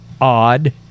odd